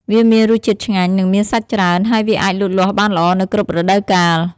វាមានរសជាតិឆ្ងាញ់ និងមានសាច់ច្រើន ហើយវាអាចលូតលាស់បានល្អនៅគ្រប់រដូវកាល។